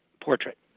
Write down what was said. portrait